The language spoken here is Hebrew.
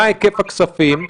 מה היקף הכספים,